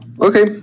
Okay